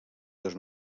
dos